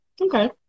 okay